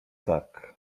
tak